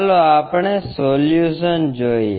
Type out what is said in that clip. ચાલો આપણે સોલ્યુશન જોઈએ